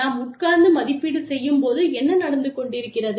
நாம் உட்கார்ந்து மதிப்பீடு செய்யும் போது என்ன நடந்து கொண்டிருக்கிறது